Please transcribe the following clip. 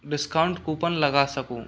discount coupon लगा सकूं